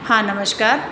હા નમસ્કાર